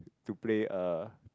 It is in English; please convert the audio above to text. to play uh